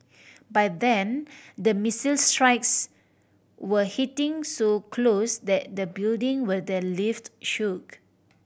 by then the missile strikes were hitting so close that the building where they lived shook